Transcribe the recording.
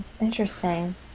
interesting